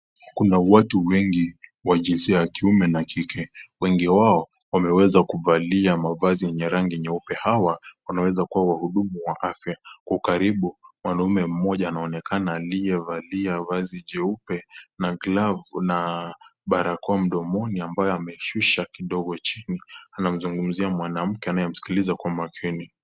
Kuna watu wengi wa jinsia ya kiume na kike, wengi wao wameweza kuvalia mavazi yenye rangi nyeupe hawa wanaweza kuwa wahudumu wa afya kwa ukaribu mwanamme mmoja anaonekana aliyevalia vazi jeupe na glavu kuna barakoa mdomoni ambaye ameishusha kidogo chini anamzungumzia mwanamke anayemskiliza kwa makini.